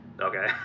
Okay